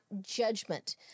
judgment